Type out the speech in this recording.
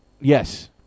Yes